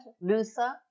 luther